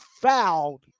fouled